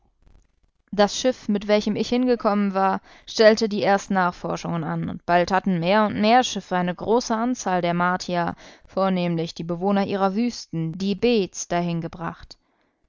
das schiff mit welchem ich hingekommen war stellte die ersten nachforschungen an und bald hatten mehr und mehr schiffe eine große anzahl der martier vornehmlich die bewohner ihrer wüsten die beds dahin gebracht